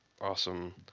awesome